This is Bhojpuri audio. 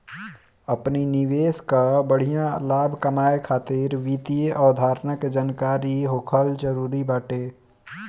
अपनी निवेश कअ बढ़िया लाभ कमाए खातिर वित्तीय अवधारणा के जानकरी होखल जरुरी बाटे